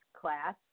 class